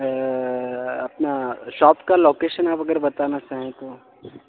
اپنا شاپ کا لوکیشن آپ اگر بتانا چاہیں تو